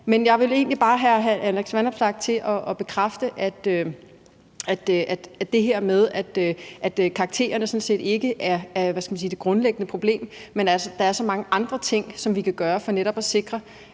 Men jeg vil egentlig bare have hr. Alex Vanopslagh til at bekræfte det her med, at karaktererne sådan set ikke er det grundlæggende problem, men at der er så mange andre ting, som vi kan gøre for netop at sikre,